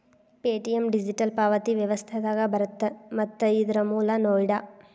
Paytm digital ಪಾವತಿ ವ್ಯವಸ್ಥೆದಾಗ ಬರತ್ತ ಮತ್ತ ಇದರ್ ಮೂಲ ನೋಯ್ಡಾ